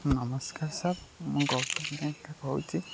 ନମସ୍କାର ସାର୍ ମୁଁ ଗୌତମ ନାଏକ କହୁଛି